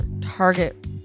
Target